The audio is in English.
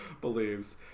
believes